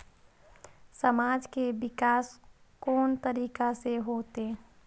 समाज के विकास कोन तरीका से होते?